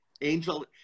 Angel